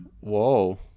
Whoa